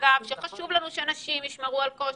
וחשוב לנו שגם נשים ישמרו על כושר,